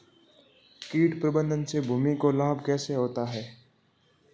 कीट प्रबंधन से भूमि को लाभ कैसे होता है?